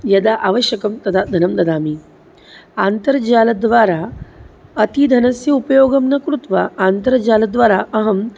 यदा आवश्यकं तदा धनं ददामि अन्तर्जालद्वारा अतिधनस्य उपयोगं न कृत्वा अन्तर्जालद्वारा अहं